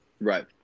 Right